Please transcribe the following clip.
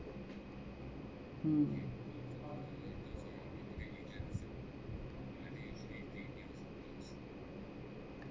mm